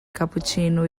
cappuccino